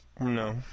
No